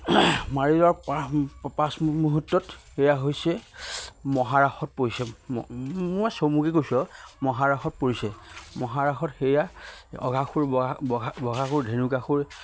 মাৰি যোৱাৰ পা পাছ মুহূৰ্তত সেয়া হৈছে মহাৰাসত পৰিছে মই চমুকৈ কৈছোঁ আও মহাৰাসত পৰিছে মহাৰাসত সেয়া অঘাসুৰ বহা বঘাখুৰ ধেনুকাসুৰ